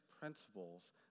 principles